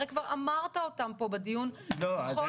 הרי כבר אמרת אותם פה בדיון פעם,